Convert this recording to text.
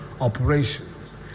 operations